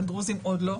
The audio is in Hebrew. על הדרוזיים עוד לא.